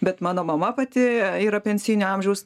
bet mano mama pati yra pensijinio amžiaus